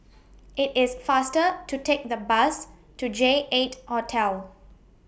IT IS faster to Take The Bus to J eight Hotel